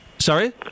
Sorry